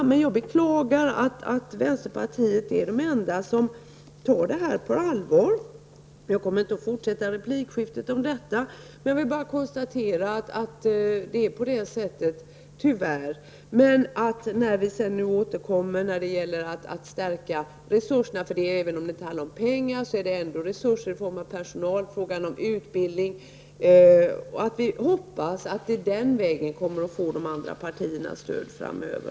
Det är beklagligt att vänsterpartiet är det enda parti som tar denna fråga på allvar. Jag skall inte fortsätta replikskiftet därom men konstaterar att det tyvärr är så. Det handlar inte enbart om resurser i form av pengar utan även om resurser i form av utbildning och personal. Vi hoppas att den vägen kunna få de andra partiernas stöd framöver.